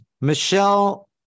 Michelle